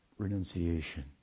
Renunciation